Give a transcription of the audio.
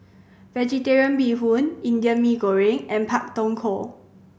Vegetarian Bee Hoon Indian Mee Goreng and Pak Thong Ko